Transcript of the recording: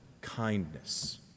kindness